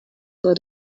but